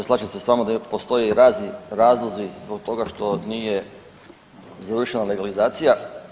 Slažem se s vama da postoje razni razlozi zbog toga što nije završena legalizacija.